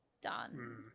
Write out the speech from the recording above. done